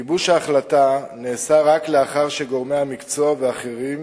גיבוש ההחלטה נעשה רק לאחר שגורמי המקצוע ואחרים